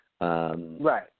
Right